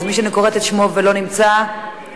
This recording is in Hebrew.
אז מי שאני קוראת בשמו ולא נמצא יאבד